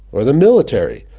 or the military?